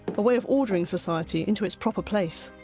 but way of ordering society into its proper place.